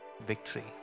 victory